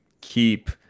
keep